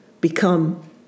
become